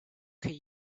could